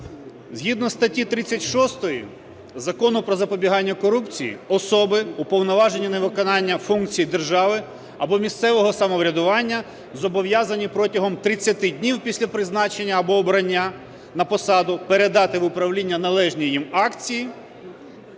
Згідно статті 36 Закону "Про запобігання корупції" особи, уповноважені на виконання функцій держави або місцевого самоврядування, зобов'язані протягом 30 днів, після призначення або обрання на посаду, передати в управління належні їм акції